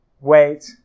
wait